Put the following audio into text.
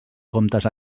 comptes